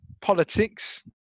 politics